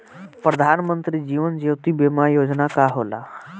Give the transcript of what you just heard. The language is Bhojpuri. प्रधानमंत्री जीवन ज्योति बीमा योजना का होला?